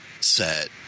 set